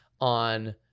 on